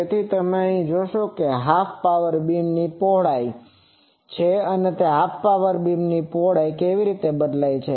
તેથી અહીં તમે જોશો કે આ હાફ પાવર બીમની પહોળાઈ છે અને તે હાફ પાવર બીમની પહોળાઈ કેવી રીતે બદલાય છે